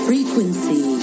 Frequency